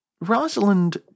Rosalind